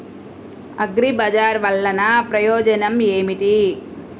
అగ్రిబజార్ వల్లన ప్రయోజనం ఏమిటీ?